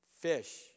fish